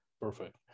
Perfect